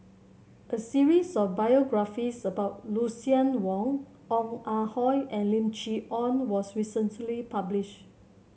a series of biographies about Lucien Wang Ong Ah Hoi and Lim Chee Onn was recently published